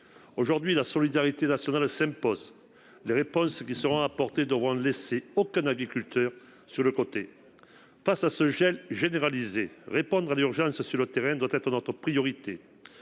Aujourd'hui, la solidarité nationale s'impose. Les réponses qui seront apportées ne devront laisser aucun agriculteur sur le côté. Face à ce gel généralisé, répondre à l'urgence sur le terrain doit être notre priorité.